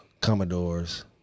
Commodores